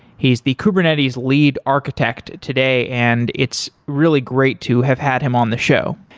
he's the kubernetes lead architect today and it's really great to have had him on the show.